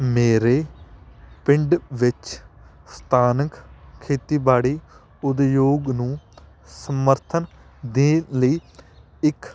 ਮੇਰੇ ਪਿੰਡ ਵਿੱਚ ਸਥਾਨਕ ਖੇਤੀਬਾੜੀ ਉਦਯੋਗ ਨੂੰ ਸਮਰਥਨ ਦੇ ਲਈ ਇੱਕ